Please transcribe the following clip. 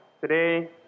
Today